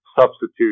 substitute